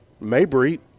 Mabry